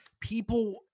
People